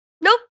Nope